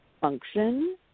function